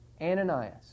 Ananias